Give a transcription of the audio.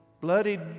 Bloodied